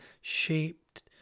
shaped